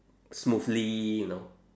smoothly you know